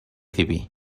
diví